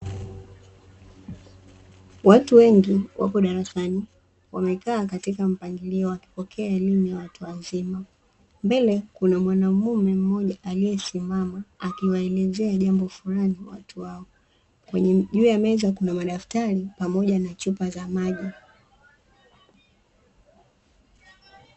Watu wengi wako darasani wamekaa katika mpangilio wakipokea elimu na watu wazima mbele kuna mwanamume mmoja aliyesimama akiwaelezea jambo fulani watu hao, kwenye juu ya meza kuna madaftari pamoja na chupa za maji.